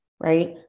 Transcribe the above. right